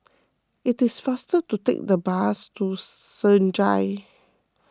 it is faster to take the bus to Senja